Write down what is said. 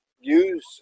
use